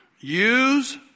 use